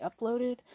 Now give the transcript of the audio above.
uploaded